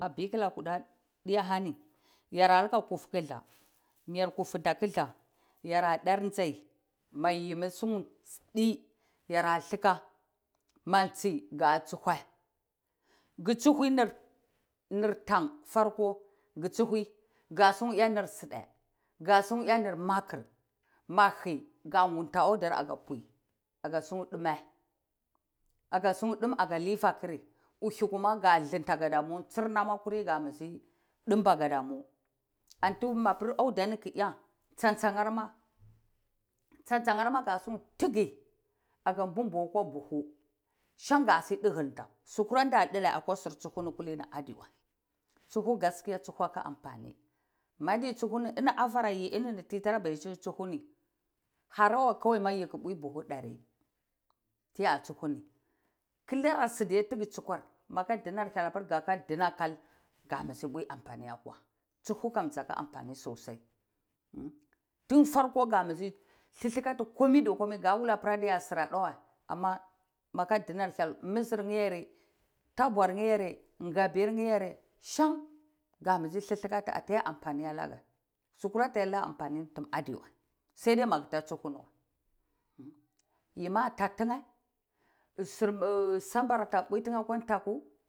Ma bikla guda dihani yaramara kufi kuthla, mayar kufinta kuthla ma dar sai ma yimi do yara thluka ma tsi ya thluwa ku shui nir tank forko ku suhui nir side, kasia nir makur ma hi ka kunda auda ka puhi kagasukyi dume, kajasiye dume kaja lofarkr, uhi ka thlinta gadamu, ka bara dunba gadamu, abir babur audani ku iya tsantsang, tsantsang kasi tigi mbubu kwa buhu san kasi dukta sukura da dilakwa sur jukuni hi adiwa, tsuhu aka ambani, madi tsuhw afana yi basi ambani tsuhuni harawa kawai yiki buhu dari tiya tsuhuni kulara sudey takur tsukur, baka duna kal, kabara uwe ambani akwa, saka amfani tsusai, dun farko kabara thlakiti koma ta komai kawul aba adisilaka dawa, maka dinarkye mze tabuakyene, gobiryene shank kabara thlakati ata umbanilaka sukora laka ambani adiwa kwa tsuhuwa yimi a tattukye samber ana uwe dukya akwa taku.